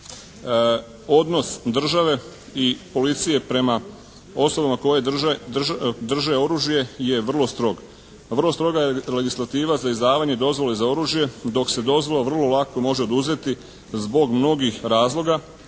odnos države i policije prema osobama koje drže oružje je vrlo strog. Vrlo stroga je legislativa za izdavanje dozvole za oružje dok se dozvola vrlo lako može oduzeti zbog mnogih razloga.